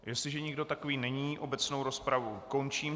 Jestliže nikdo takový není, obecnou rozpravu končím.